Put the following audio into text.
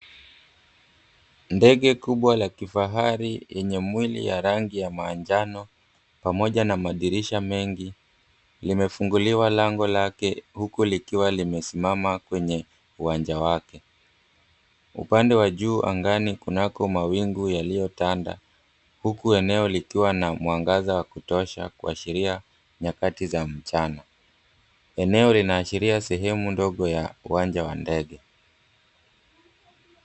Ndege kubwa la kifahari yenye mwili ya rangi ya manjano pamoja na madirisha mengi limefunguliwa lango lake huku likiwa limesimama kwenye uwanja wake. Upande wa juu angani kunako mawingu yaliyotanda huku eneo likiwa na mwangaza wa kutosha kuashiria nyakati za mchana. Eneo linaashiria sehemu ndogo ya uwanja wa ndege.